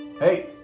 Hey